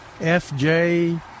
FJ